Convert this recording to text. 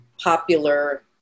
popular